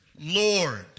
Lord